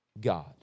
God